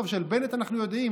טוב, על בנט אנחנו יודעים.